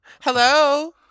Hello